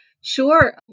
Sure